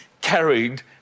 carried